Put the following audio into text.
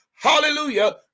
hallelujah